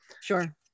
Sure